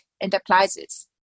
enterprises